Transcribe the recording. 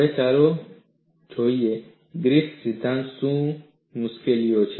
અને ચાલો જોઈએ ગ્રિફિથ સિદ્ધાંતમાં શું મુશ્કેલીઓ છે